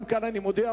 גם כאן אני מודיע,